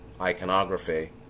iconography